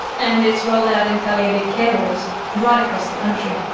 and it's rolled out in palliative care wards right across the country.